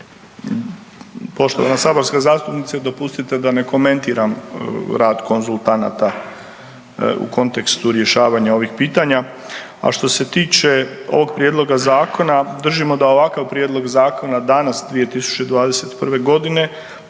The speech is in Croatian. Poštovana saborska zastupnice, dopustite da ne komentiram rad konzultanata u kontekstu rješavanja ovih pitanja. A što se tiče ovog prijedloga zakona držimo da ovakav prijedlog zakona danas 2021.g.